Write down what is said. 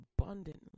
abundantly